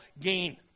gain